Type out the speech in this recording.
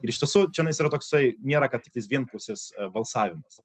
ir iš tiesų čianais yra toksai nėra kad tiktais vienpusis balsavimas